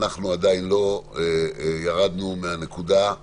אנחנו עדיין לא ירדנו מהתביעה